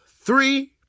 three